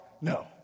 No